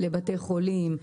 בתי חולים,